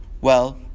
Well